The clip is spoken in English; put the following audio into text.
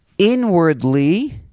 Inwardly